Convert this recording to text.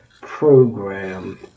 program